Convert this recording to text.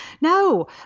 No